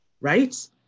Right